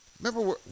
Remember